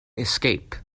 escape